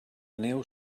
neu